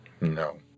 No